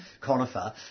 conifer